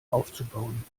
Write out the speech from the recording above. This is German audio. aufzubauen